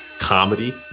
comedy